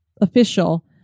official